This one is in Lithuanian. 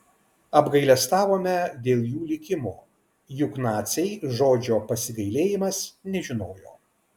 apgailestavome dėl jų likimo juk naciai žodžio pasigailėjimas nežinojo